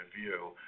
view